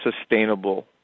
sustainable